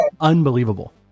unbelievable